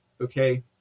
okay